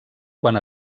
quan